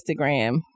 Instagram